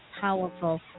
powerful